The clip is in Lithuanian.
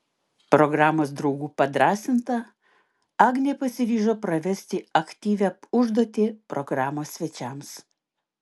programos draugų padrąsinta agnė pasiryžo pravesti aktyvią užduotį programos svečiams